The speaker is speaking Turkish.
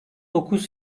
dokuz